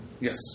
Yes